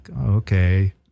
okay